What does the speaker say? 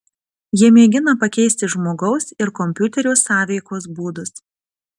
jie mėgina pakeisti žmogaus ir kompiuterio sąveikos būdus